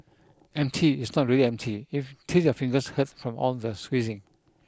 empty is not really empty if till your fingers hurt from all the squeezing